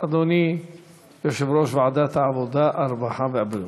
אדוני יושב-ראש ועדת העבודה, הרווחה והבריאות,